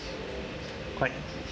quite